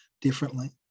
differently